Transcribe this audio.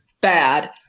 bad